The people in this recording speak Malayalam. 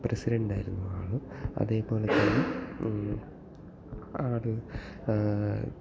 പ്രസിഡൻ്റായിരുന്നു ആൾ അതേ പോലെ തന്നെ ആൾ